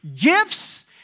Gifts